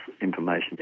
information